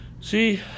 See